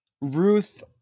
Ruth